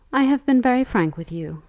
i have been very frank with you,